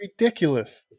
ridiculous